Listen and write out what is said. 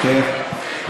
בכיף,